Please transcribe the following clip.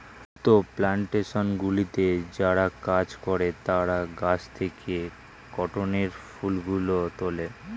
সুতো প্ল্যানটেশনগুলিতে যারা কাজ করে তারা গাছ থেকে কটনের ফুলগুলো তোলে